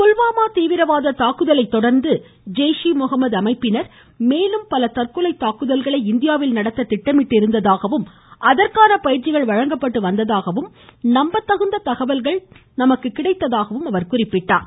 புல்வாமா தீவிரவாத தாக்குதலைத் தொடா்ந்து ஜெய்ஷ் ஏ முகமது அமைப்பினா் மேலும் பல தற்கொலை தாக்குதல்களை இந்தியாவில் நடத்த திட்டமிட்டிருந்ததாகவும் அதற்கான பயிற்சிகள் வழங்கப்பட்டு வந்ததாகவும் நம்பத்தகுந்த தகவல்கள் நமக்கு கிடைத்ததாக அவர் குறிப்பிட்டார்